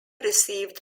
received